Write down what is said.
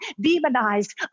demonized